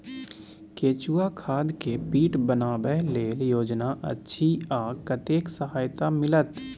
केचुआ खाद के पीट बनाबै लेल की योजना अछि आ कतेक सहायता मिलत?